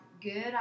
good